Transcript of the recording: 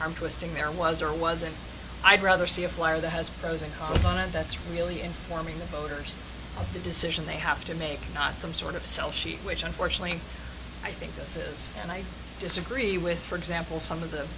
arm twisting there was or wasn't i'd rather see a flyer that has frozen on and that's really informing the voters of the decision they have to make not some sort of sell sheet which unfortunately i think this is and i disagree with for example some of the